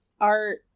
art